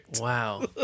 Wow